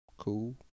cool